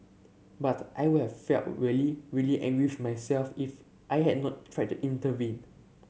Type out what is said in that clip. but I would have felt really really angry with myself if I had not tried to intervene